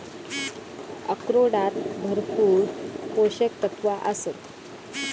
अक्रोडांत भरपूर पोशक तत्वा आसतत